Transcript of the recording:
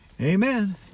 Amen